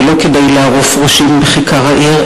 ולא כדי לערוף ראשים בכיכר העיר,